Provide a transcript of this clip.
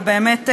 ובאמת תודה.